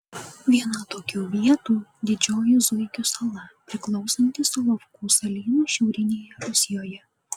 viena tokių vietų didžioji zuikių sala priklausanti solovkų salynui šiaurinėje rusijoje